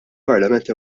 parlament